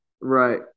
Right